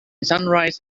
sunrise